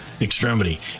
extremity